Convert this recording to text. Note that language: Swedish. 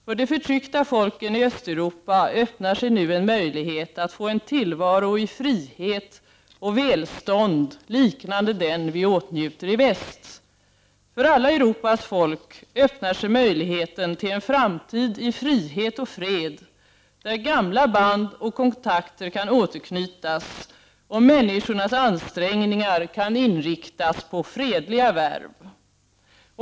För de förtryckta folken i Östeuropa öppnar sig nu en möjlighet att få en tillvaro i frihet och välstånd liknande den vi åtnjuter i väst. För alla Europas folk öppnar sig möjligheten till en framtid i frihet och fred, där gamla band och kontakter kan återknytas och människornas ansträngningar kan inriktas på fredliga värv.